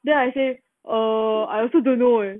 then I say err I also don't know eh